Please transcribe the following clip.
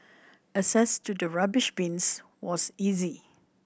access to the rubbish bins was easy